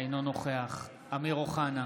אינו נוכח אמיר אוחנה,